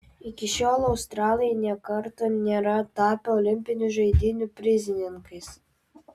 iki šiol australai nė karto nėra tapę olimpinių žaidynių prizininkais